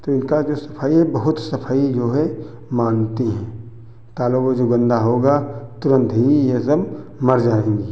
तो इनका जो सफाई है बहुत सफाई जो है माँगती हैं तालाबों जो गंदा होगा तुरंत ही ये सब मर जाएँगी